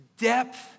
depth